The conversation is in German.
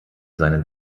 seinen